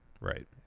right